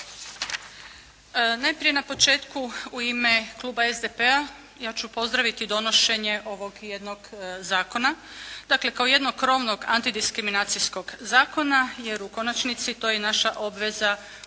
Najprije na početku u ime Kluba SDP-a ja ću pozdraviti donošenje ovog jednog zakona, dakle, kao jednog krovnog antidiskriminacijskog zakona. Jer u konačnici to je naša obveza